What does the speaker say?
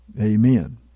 Amen